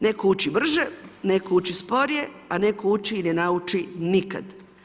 Neko uči brže, neko uči sporije, a neko uči i ne nauči nikad.